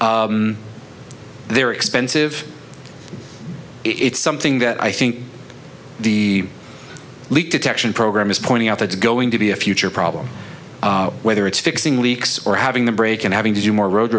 that they're expensive it's something that i think the leak detection program is pointing out that's going to be a future problem whether it's fixing leaks or having the brake and having to do more road